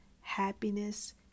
happiness